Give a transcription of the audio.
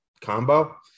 combo